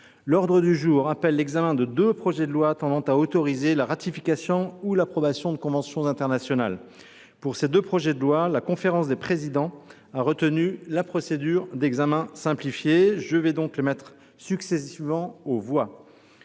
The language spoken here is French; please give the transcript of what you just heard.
L’ordre du jour appelle l’examen de deux projets de loi tendant à autoriser la ratification ou l’approbation de conventions internationales. Pour ces deux projets de loi, la conférence des présidents a retenu la procédure d’examen simplifié. Je vais donc les mettre successivement aux voix.